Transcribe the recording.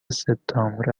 سپتامبر